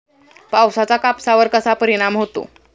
पावसाचा कापसावर कसा परिणाम होतो?